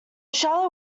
shallow